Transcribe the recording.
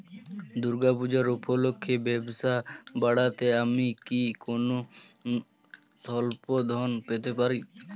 দূর্গা পূজা উপলক্ষে ব্যবসা বাড়াতে আমি কি কোনো স্বল্প ঋণ পেতে পারি?